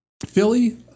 Philly